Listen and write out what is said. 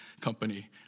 company